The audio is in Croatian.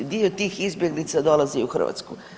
Dio tih izbjeglica dolazi i u Hrvatsku.